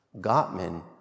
Gottman